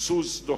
כסוס דוהר,